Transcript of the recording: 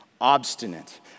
obstinate